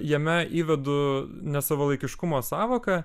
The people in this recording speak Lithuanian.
jame įvedu nesavalaikiškumo sąvoką